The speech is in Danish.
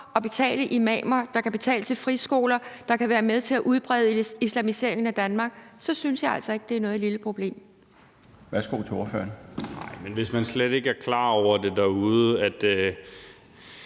til imamer, der kan betale til friskoler, der kan være med til at udbrede islamiseringen af Danmark, så synes jeg altså ikke, det er noget lille problem. Kl. 16:15 Den fg. formand (Bjarne Laustsen): Værsgo til